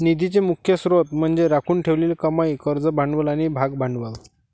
निधीचे मुख्य स्त्रोत म्हणजे राखून ठेवलेली कमाई, कर्ज भांडवल आणि भागभांडवल